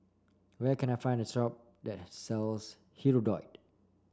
where can I find the shop that sells Hirudoid